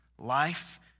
life